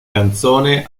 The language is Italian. canzone